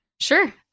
Sure